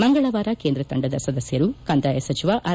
ಮಂಗಳವಾರ ಕೇಂದ್ರ ತಂಡದ ಸದಸ್ಯರು ಕಂದಾಯ ಸಚಿವ ಆರ್